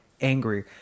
angry